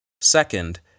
Second